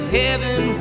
heaven